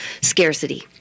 scarcity